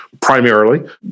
primarily